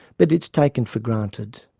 but it's taken for granted.